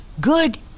good